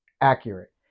accurate